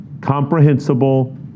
Comprehensible